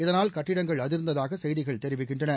இதனால் கட்டிடங்கள் அதிர்ந்ததாக செய்திகள் தெரிவிக்கின்றன